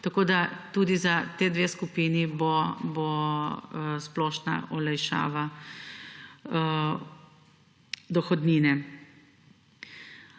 Tako da bo tudi za ti dve skupini splošna olajšava dohodnine.